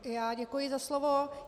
Já děkuji za slovo.